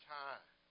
time